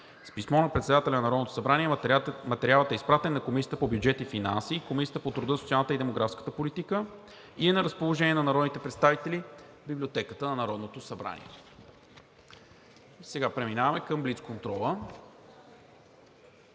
С писмо на председателя на Народното събрание материалът е изпратен на Комисията по бюджет и финанси и Комисията по труда, социалната и демографската политика и е на разположение на народните представители в Библиотеката на Народното събрание. Преминаваме към: